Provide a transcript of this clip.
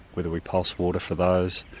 whether we pulse water for those.